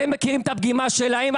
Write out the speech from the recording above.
אתם מכירים את הפגימה שלהם,